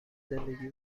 زندگی